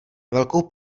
velkou